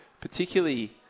particularly